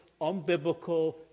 unbiblical